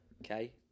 okay